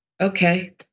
okay